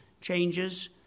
changes